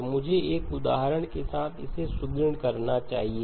तो मुझे एक उदाहरण के साथ इसे सुदृढ़ करना चाहिए